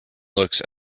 looks